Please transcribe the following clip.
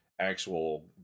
actual